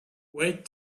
wait